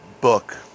book